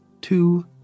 two